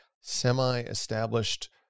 semi-established